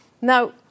Now